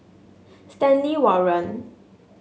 Stanley Warren